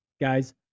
Guys